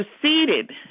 proceeded